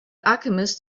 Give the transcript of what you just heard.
alchemist